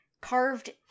carved